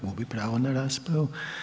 Gubi pravo na raspravu.